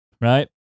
Right